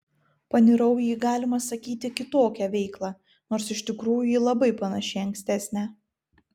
panirau į galima sakyti kitokią veiklą nors iš tikrųjų ji labai panaši į ankstesnę